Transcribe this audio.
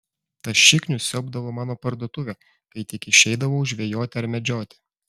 tas šiknius siaubdavo mano parduotuvę kai tik išeidavau žvejoti ar medžioti